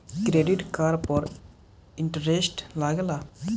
Credit card पर interest लागेला?